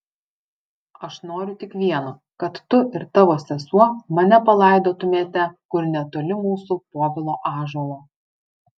aš noriu tik vieno kad tu ir tavo sesuo mane palaidotumėte kur netoli mūsų povilo ąžuolo